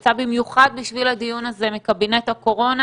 הוא יצא במיוחד בשביל הדיון הזה מקבינט הקורונה